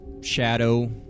shadow